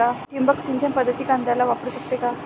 ठिबक सिंचन पद्धत कांद्याला वापरू शकते का?